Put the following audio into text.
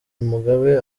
mugabe